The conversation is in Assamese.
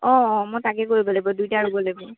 অঁ অঁ মই তাকে কৰিব লাগিব দুইটা ৰুব লাগিব